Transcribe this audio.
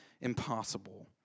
impossible